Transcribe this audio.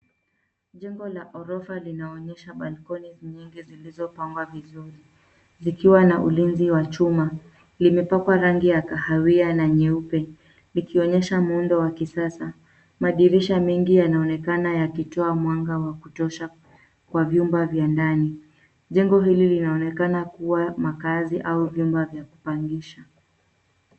Njengo la ghorofa linaonyesha balkoni nyingi zilizopangwa vizuri, zikiwa na ulinzi wa chuma. Limepakwa rangi ya kahawia na nyeupe, likionyesha muundo wa kisasa madirisha mengi yanaonekana yakitoa mwanga wa kutosha kwa vyumba vya ndani. Njengo hili linaonekana kuwa makaazi au jumba la kupangisha.